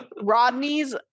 rodney's